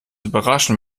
überraschen